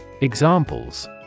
Examples